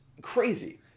crazy